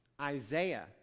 Isaiah